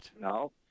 No